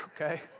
okay